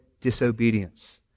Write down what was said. disobedience